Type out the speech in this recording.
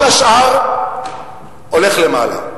כל השאר הולך למעלה.